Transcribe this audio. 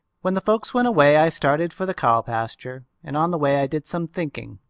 when the folks went away i started for the cow pasture and on the way i did some thinking.